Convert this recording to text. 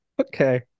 Okay